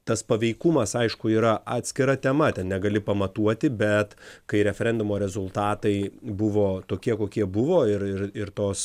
tas paveikumas aišku yra atskira tema ten negali pamatuoti bet kai referendumo rezultatai buvo tokie kokie buvo ir ir ir tos